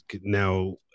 now